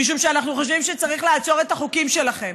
משום שאנחנו חושבים שצריך לעצור את החוקים שלכם.